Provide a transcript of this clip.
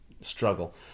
struggle